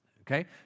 Okay